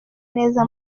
neza